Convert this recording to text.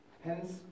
Hence